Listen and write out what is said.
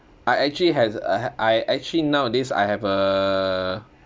I actually has I I actually nowadays I have uh